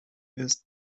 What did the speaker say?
ist